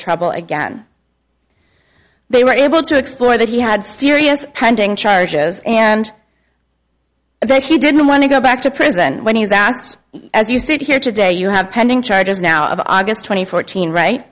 trouble again they were able to explore that he had serious charges and that he didn't want to go back to prison when he was asked as you sit here today you have pending charges now of august twenty fourth teen right